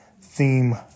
theme